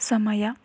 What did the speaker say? ಸಮಯ